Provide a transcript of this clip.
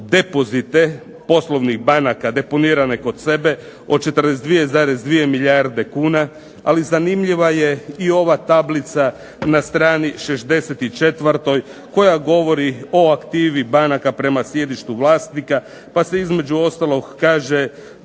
depozite poslovnih banaka deponirane kod sebe od 42,2 milijarde kune, ali zanimljiva je i ova tablica na strani 64. koja govori o aktivi banaka prema sjedištu vlasnika, pa se između ostalog kaže